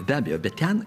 be abejo bet ten